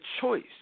choice